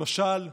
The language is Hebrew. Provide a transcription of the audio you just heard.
למשל,